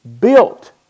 built